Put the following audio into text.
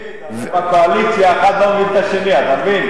דוד, בקואליציה האחד לא מבין את השני, אתה מבין?